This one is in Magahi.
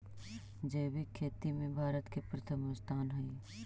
जैविक खेती में भारत के प्रथम स्थान हई